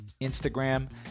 Instagram